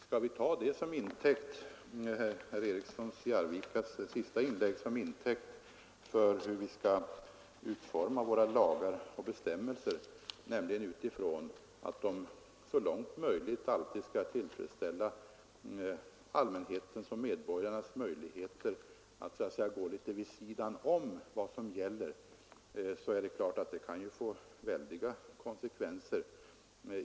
Skall vi ta herr Erikssons i Arvika senaste inlägg till intäkt för hur vi bör utforma våra lagar och bestämmelser och så långt möjligt alltid söka bereda medborgarna tillfällen att så att säga gå litet vid sidan om vad som gäller, kan det naturligtvis få väldiga konsekvenser.